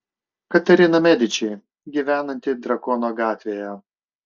katerina mediči gyvenanti drakono gatvėje